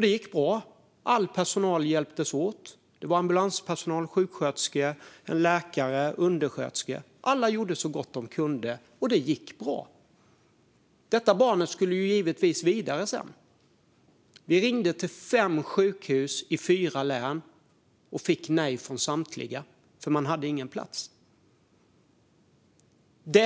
Det gick bra; all personal hjälptes åt - ambulanspersonal, sjuksköterskor, en läkare och undersköterskor. Alla gjorde så gott de kunde, och det gick bra. Barnet skulle givetvis vidare sedan. Vi ringde till fem sjukhus i fyra län och fick nej från samtliga, för de hade ingen plats. Det